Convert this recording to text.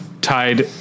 tied